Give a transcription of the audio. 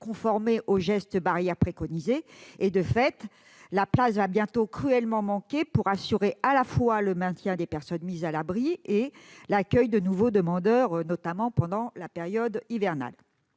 conformer aux gestes barrières préconisés. De fait, la place va bientôt cruellement manquer pour assurer à la fois le maintien des personnes mises à l'abri et l'accueil de nouveaux demandeurs, notamment pendant la période hivernale.